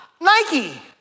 Nike